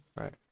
Right